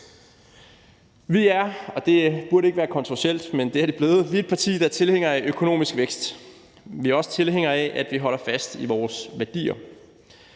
– et parti, der er tilhængere af økonomisk vækst. Vi er også tilhængere af, at vi holder fast i vores værdier.